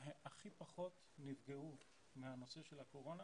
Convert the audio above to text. הכי פחות נפגעו מהנושא של הקורונה